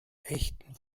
echten